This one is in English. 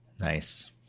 Nice